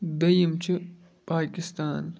دٔیِم چھِ پاکِستان